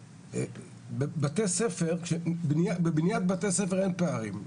בתי ספר, בבניית בתי ספר אין פערים.